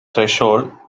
threshold